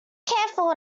careful